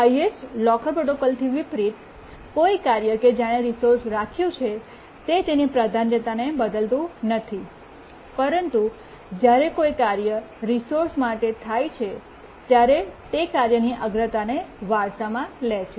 highest locker પ્રોટોકોલથી વિપરિત કોઈ કાર્ય કે જેણે રિસોર્સ રાખ્યું છે તે તેની પ્રાધાન્યતાને બદલતું નથી પરંતુ જ્યારે કોઈ કાર્ય રિસોર્સ માટે થાય છે ત્યારે તે કાર્યની અગ્રતાને વારસામાં લે છે